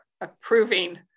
approving